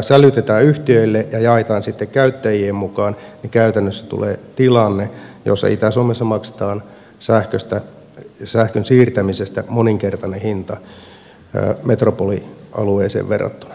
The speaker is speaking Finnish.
sälytetään yhtiöille ja jaetaan sitten käyttäjien mukaan niin käytännössä tulee tilanne jossa itä suomessa maksetaan sähkön siirtämisestä moninkertainen hinta metropolialueeseen verrattuna